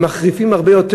שמחריפים הרבה יותר.